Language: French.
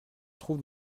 trouve